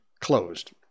closed